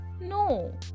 No